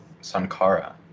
Sankara